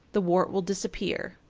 the wart will disappear.